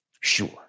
Sure